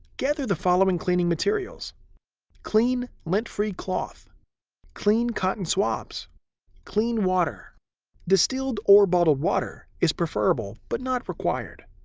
gather the following cleaning materials clean, lint-free cloth clean cotton swabs clean water distilled or bottled water is preferable but not required.